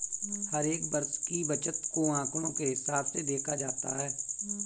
हर एक वर्ष की बचत को आंकडों के हिसाब से देखा जाता है